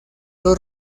los